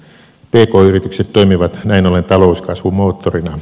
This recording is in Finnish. pk yritykset toimivat näin ollen talouskasvun moottorina